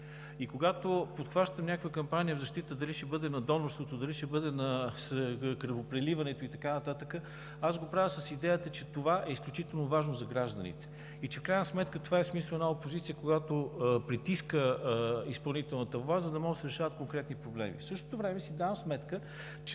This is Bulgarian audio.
и когато подхваща някоя кампания в защита – дали ще бъде на донорството, дали ще бъде на кръвопреливането и така нататък, аз го правя с идеята, че това е изключително важно за гражданите и, че в крайна сметка, това е смисълът на опозицията, когато притиска изпълнителната власт, за да могат да се решават конкретни проблеми. В същото време си давам сметка,